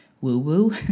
woo-woo